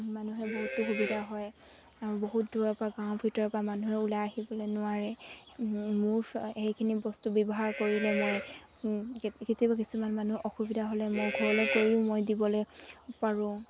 মানুহে বহুতো সুবিধা হয় আৰু বহুত দূৰৰ পৰা গাঁৱৰ ভিতৰৰ পৰা মানুহে ওলাই আহিবলৈ নোৱাৰে মোৰ সেইখিনি বস্তু ব্যৱহাৰ কৰিলে মই কেতিয়াবা কিছুমান মানুহৰ অসুবিধা হ'লে মোৰ ঘৰলৈ গৈও মই দিবলৈ পাৰোঁ